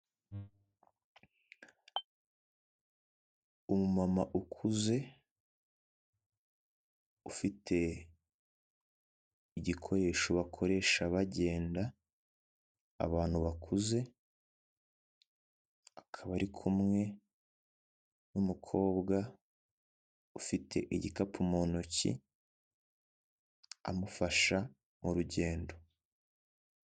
Umumama ukuze ufite igikoresho bakoresha bagenda abantu bakuze akaba ari kumwe n'umukobwa ufite igikapu mu ntoki amufasha mu rugendo.